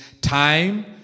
time